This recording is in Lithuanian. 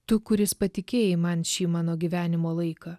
tu kuris patikėjai man šį mano gyvenimo laiką